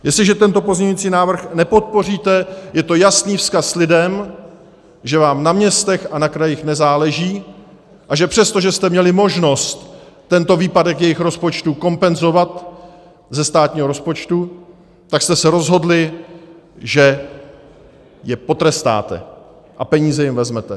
Jestliže tento pozměňující návrh nepodpoříte, je to jasný vzkaz lidem, že vám na městech a na krajích nezáleží a že přesto, že jste měli možnost tento výpadek jejich rozpočtu kompenzovat ze státního rozpočtu, tak jste se rozhodli, že je potrestáte a peníze jim vezmete.